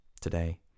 today